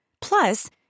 Plus